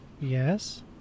Yes